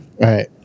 right